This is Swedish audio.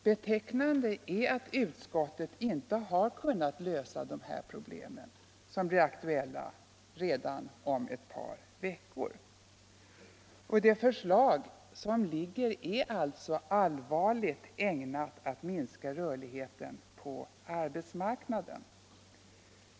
Betecknande är att utskottet inte har kunnat lösa dessa problem, som blir aktuella redan om ett par veckor. Det förslag som föreligger är alltså ägnat att allvarligt minska rörligheten på arbetsmarknaden.